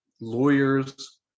lawyers